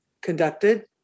conducted